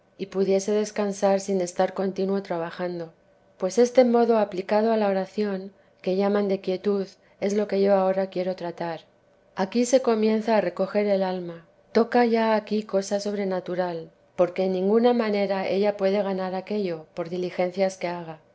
y pudiese descansar sin estar contino trabajando pues este modo aplicado a la oración que llaman de quietud es lo que yo ahora quiero tratar aquí se comienza a recoger el alma toca ya aquí cosa teresa de je j j sobrenatural porque en ninguna manera ella puede ganar aquello por diligencias que haga